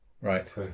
Right